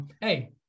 Hey